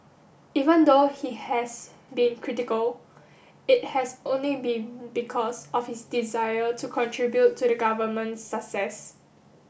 even though he has been critical it has only been because of his desire to contribute to the government's success